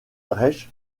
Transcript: reich